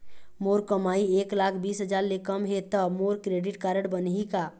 मोर कमाई एक लाख बीस हजार ले कम हे त मोर क्रेडिट कारड बनही का?